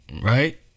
Right